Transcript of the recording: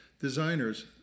designers